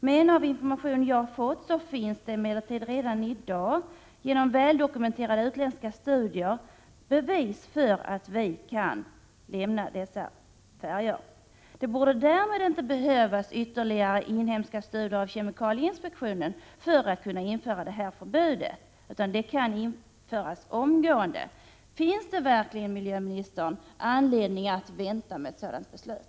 Här har vi fått kunskapen genom väldokumenterade utländska studier. Det borde därmed inte behöva krävas ytterligare inhemska studier för att förbjuda användandet av dessa tennorganiska föreningar. Förbud kan omgående införas. Finns det verkligen, miljöoch energiministern, anledning att vänta med ett sådant beslut?